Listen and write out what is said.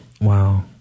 Wow